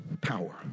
power